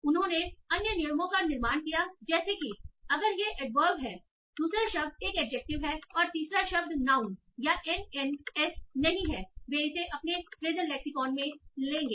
उन्होंने अन्य नियमों का निर्माण किया जैसे कि अगर यह एडवर्ब में हैदूसरा शब्द एक एडजेक्टिव है और तीसरा शब्द नाउन या एनएनएस नहीं है वे इसे अपने फ्रेसएल लेक्सीकौन में लेंगे